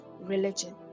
religion